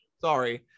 Sorry